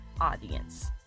audience